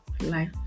life